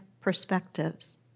perspectives